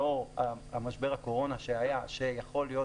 בנושא שני,